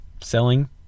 selling